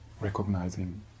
recognizing